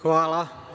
Hvala.